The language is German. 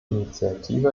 initiative